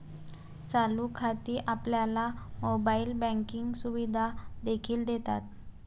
चालू खाती आपल्याला मोबाइल बँकिंग सुविधा देखील देतात